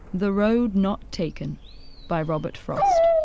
the road not taken by robert frost